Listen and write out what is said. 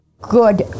Good